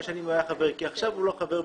שנים הוא היה חבר כי עכשיו הוא לא חבר.